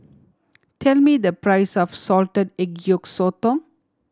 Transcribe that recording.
tell me the price of salted egg yolk sotong